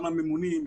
גם לממונים,